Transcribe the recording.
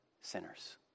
sinners